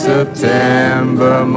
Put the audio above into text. September